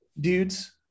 dudes